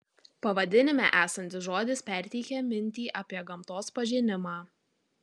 pavadinime esantis žodis perteikia mintį apie gamtos pažinimą